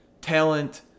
Talent